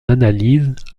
analyse